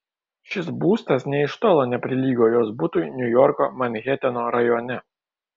šis būstas nė iš tolo neprilygo jos butui niujorko manheteno rajone